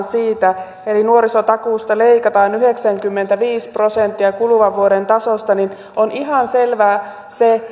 siitä eli nuorisotakuusta leikataan yhdeksänkymmentäviisi prosenttia kuluvan vuoden tasosta niin on ihan selvää